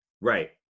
Right